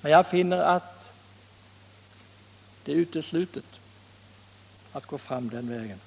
Men jag finner att det är uteslutet att gå fram den vägen.